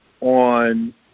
on